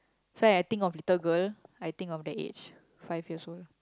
so I think of little girl I think of that age five years old